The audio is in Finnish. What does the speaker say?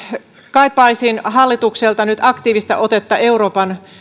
kaipaisin hallitukselta nyt aktiivista otetta euroopan